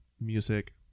music